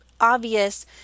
obvious